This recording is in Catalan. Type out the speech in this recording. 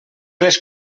les